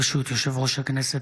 ברשות יושב-ראש הכנסת,